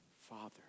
Father